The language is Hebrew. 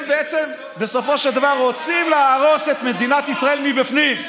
הם בעצם בסופו של דבר רוצים להרוס את מדינת ישראל מבפנים,